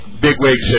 bigwigs